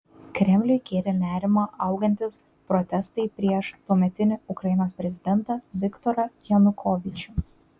kremliui kėlė nerimą augantys protestai prieš tuometinį ukrainos prezidentą viktorą janukovyčių